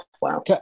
Wow